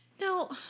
Now